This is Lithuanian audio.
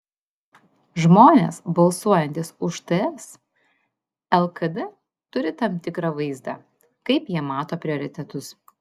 žmonės balsuojantys už ts lkd turi tam tikrą vaizdą kaip jie mato prioritetus